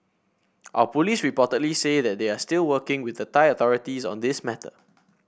our police reportedly say that they are still working with Thai authorities on this matter